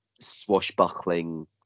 swashbuckling